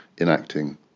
enacting